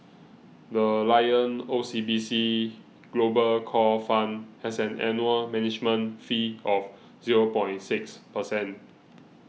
the Lion O C B C Global Core Fund has an annual management fee of zero point six percent